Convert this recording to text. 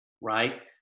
right